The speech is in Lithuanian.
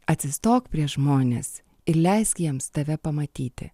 atsistok prieš žmones ir leisk jiems tave pamatyti